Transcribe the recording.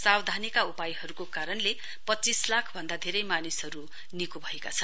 सावधानीका उपायहरुको कारणले पञ्चीस लाख भन्दा धेरै मानिसहरु निको भएका छन्